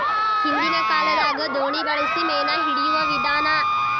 ಹಿಂದಿನ ಕಾಲದಾಗ ದೋಣಿ ಬಳಸಿ ಮೇನಾ ಹಿಡಿಯುವ ವಿಧಾನಾ